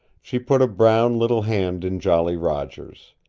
she put a brown little hand in jolly roger's.